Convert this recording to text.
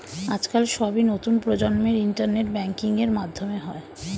আজকাল সবই নতুন প্রজন্মের ইন্টারনেট ব্যাঙ্কিং এর মাধ্যমে হয়